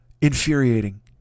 Infuriating